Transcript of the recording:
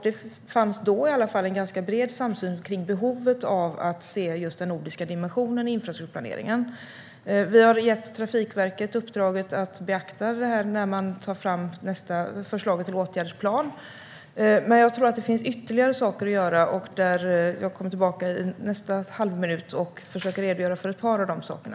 Det fanns i varje fall då en ganska bred samsyn kring behovet av att se just den nordiska dimensionen i infrastrukturplaneringen. Vi har gett Trafikverket uppdraget att beakta det när man tar fram nästa förslag till åtgärdsplan. Men jag tror att det finns ytterligare saker att göra. Jag kommer tillbaka under min nästa halvminut och försöker redogöra för ett par av de sakerna.